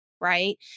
Right